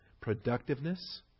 productiveness